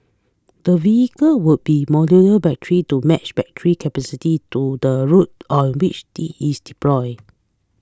the vehicle will be modular battery to match battery capacity to the route on which it is deployed